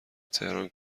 تهران